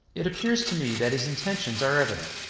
it appears to me that his intentions are evident.